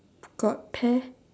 got pear